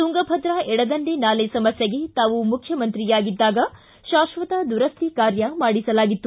ತುಂಗಭದ್ರಾ ಎಡದಂಡೆ ನಾಲೆ ಸಮಸ್ಕೆಗೆ ತಾವು ಮುಖ್ಯಮಂತ್ರಿಯಾಗಿದ್ದಾಗ ಶಾಶ್ವತ ದುರಸ್ಥಿ ಕಾರ್ಯ ಮಾಡಿಸಲಾಗಿತ್ತು